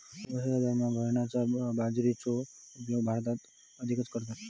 उपवासाच्या दरम्यान बरनार्ड बाजरीचो उपयोग भारतात अधिक करतत